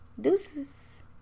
deuces